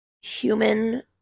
human